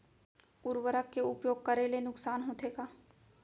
उर्वरक के उपयोग करे ले नुकसान होथे का?